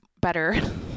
better